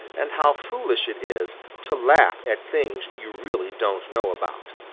and how foolish it is to laugh at things you really don't know about.